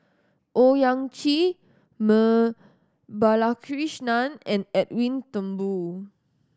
Owyang Chi Balakrishnan and Edwin Thumboo